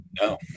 No